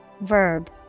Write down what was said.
verb